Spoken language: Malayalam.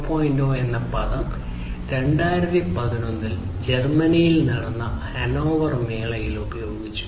0 എന്ന പദം 2011 ൽ ജർമ്മനിയിൽ നടന്ന ഹാനോവർ മേളയിൽ ഉപയോഗിച്ചു